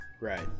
right